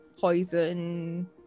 Poison